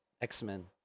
X-Men